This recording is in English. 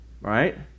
Right